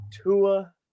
Tua